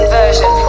version